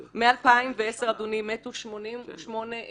מ-2010, אדוני, מתו 88 נשים